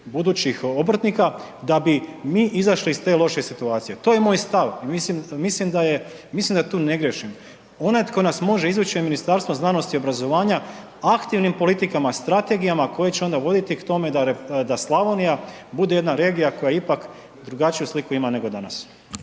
budućih obrtnika da bi mi izašli iz te loše situacije, to je moj stav i mislim, mislim da je, mislim da tu ne griješim. Onaj tko nas može izvući je Ministarstvo znanosti i obrazovanja aktivnim politikama, strategijama koje će onda voditi k tome da Slavonija bude jedna regija koja ipak drugačiju sliku ima nego danas.